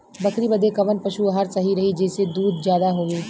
बकरी बदे कवन पशु आहार सही रही जेसे दूध ज्यादा होवे?